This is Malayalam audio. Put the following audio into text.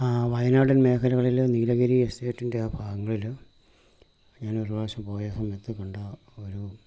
വയനാടൻ മേഖലകളിൽ നീലഗിരി എസ്റ്റേറ്റിൻ്റെ ആ ഭാഗങ്ങളിൽ ഞാനൊരു പ്രാവശ്യം പോയ സമയത്ത് കണ്ട ഒരു